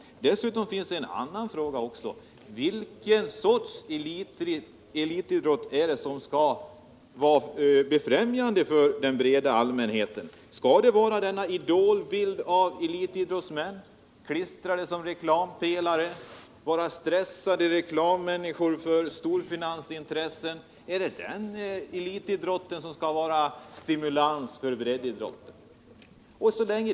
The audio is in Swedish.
Dessutom kan man fråga sig vilket slag av elitidrott som skall vara befrämjande för breddidrott hos den breda allmänheten. Skall man ha dessa idolbilder av elitidrottsmän. uppklistrade på reklampelare? De blir stressade reklammänniskor som gynnar storfinansens intressen.